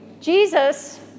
Jesus